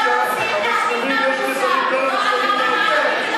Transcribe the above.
בזכותו היציבות כאן היא בסדר גודל כזה,